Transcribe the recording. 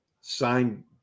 signed